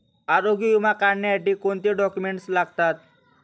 आरोग्य विमा काढण्यासाठी कोणते डॉक्युमेंट्स लागतात?